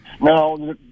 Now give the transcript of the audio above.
No